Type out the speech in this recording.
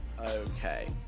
Okay